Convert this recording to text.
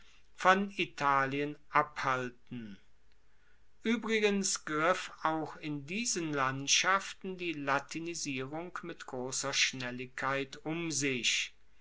von italien abhalten uebrigens griff auch in diesen landschaften die latinisierung mit grosser schnelligkeit um sich